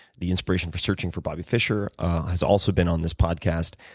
the inspiration for searching for bobby fisher has also been on this podcast.